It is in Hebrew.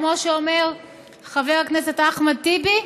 כמו שאומר חבר הכנסת אחמד טיבי?